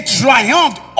triumphed